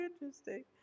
interesting